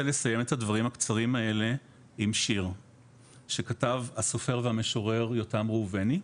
לסיים את הדברים הקצרים האלה עם שיר שכתב הסופר והמשורר יותר ראובני,